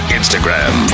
Instagram